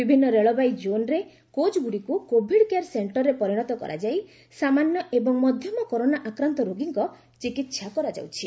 ବିଭିନ୍ନ ରେଳବାଇ କୋନ୍ରେ କୋଚ୍ଗୁଡ଼ିକୁ କୋଭିଡ୍ କେୟାର ସେଷ୍ଟରରେ ପରିଣତ କରାଯାଇ ସାମାନ୍ୟ ଏବଂ ମଧ୍ୟମ କରୋନା ଆକ୍ରାନ୍ତ ରୋଗୀଙ୍କ ଚିକିତ୍ସା କରାଯାଉଛି